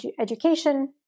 education